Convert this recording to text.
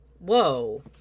Whoa